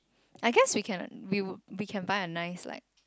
I guess we can like we can buy a nice like